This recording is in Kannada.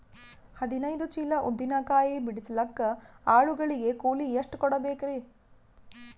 ಹದಿನೈದು ಚೀಲ ಉದ್ದಿನ ಕಾಯಿ ಬಿಡಸಲಿಕ ಆಳು ಗಳಿಗೆ ಕೂಲಿ ಎಷ್ಟು ಕೂಡಬೆಕರೀ?